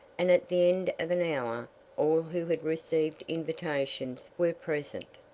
and at the end of an hour all who had received invitations were present.